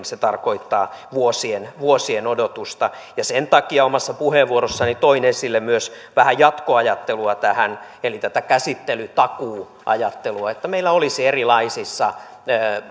se tarkoittaa vuosien vuosien odotusta sen takia omassa puheenvuorossani toin esille myös vähän jatkoajattelua tähän eli tätä käsittelytakuuajattelua että meillä olisi erilaisissa